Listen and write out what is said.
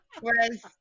Whereas